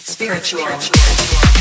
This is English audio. Spiritual